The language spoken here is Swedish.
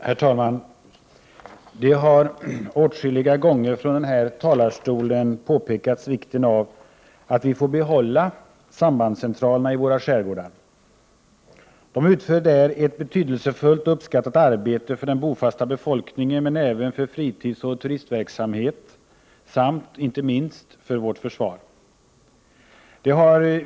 Herr talman! Åtskilliga gånger har från denna talarstol påpekats vikten av att vi får behålla sambandscentralerna i våra skärgårdar. De utför där ett betydelsefullt och uppskattat arbete för den bofasta befolkningen, men även för fritidsoch turistverksamheten samt inte minst för vårt försvar.